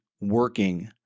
working